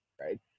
right